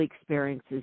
experiences